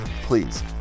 please